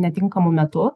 netinkamu metu